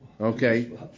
Okay